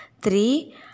three